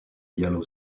yellow